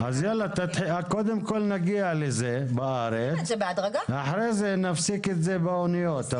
אז קודם כל נגיע לזה בארץ ואחרי זה נפסיק את זה באוניות.